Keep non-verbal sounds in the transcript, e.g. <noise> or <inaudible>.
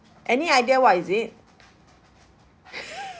any idea what is it <laughs>